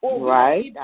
Right